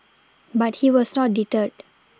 but he was not deterred